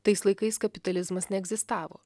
tais laikais kapitalizmas neegzistavo